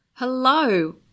Hello